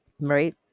right